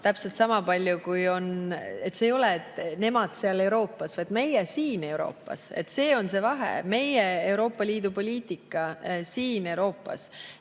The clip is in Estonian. täpselt sama palju kui … See ei ole nii, et "nemad seal Euroopas", vaid on "meie siin Euroopas". Selles on see vahe. Meie Euroopa Liidu poliitika siin Euroopas.